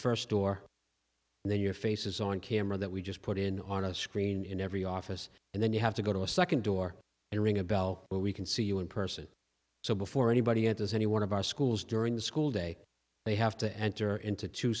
first door and then your face is on camera that we just put in on a screen in every office and then you have to go to a second door and ring a bell where we can see you in person so before anybody enters any one of our schools during the school day they have to enter into t